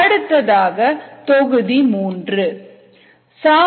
அடுத்ததாக தொகுதி 3